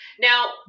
now